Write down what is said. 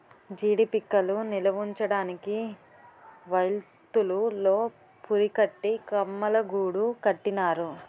జీడీ పిక్కలు నిలవుంచడానికి వౌల్తులు తో పురికట్టి కమ్మలగూడు కట్టినారు